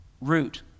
root